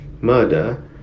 murder